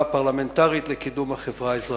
הפרלמנטרית לקידום החברה האזרחית.